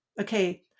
okay